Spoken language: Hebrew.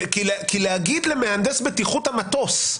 כי להגיד למהנדס בטיחות המטוס,